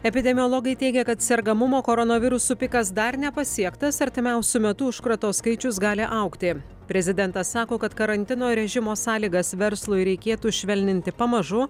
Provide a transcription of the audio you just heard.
epidemiologai teigia kad sergamumo koronavirusu pikas dar nepasiektas artimiausiu metu užkrato skaičius gali augti prezidentas sako kad karantino režimo sąlygas verslui reikėtų švelninti pamažu